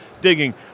digging